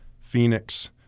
Phoenix